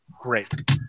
Great